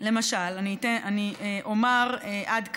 אני אומר עד כמה,